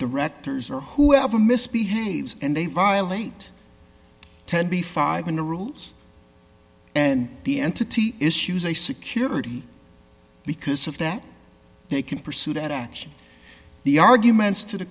directors or whoever misbehaves and they violate tenby five and the rules and the entity issues a security because of that they can pursue that action the arguments to the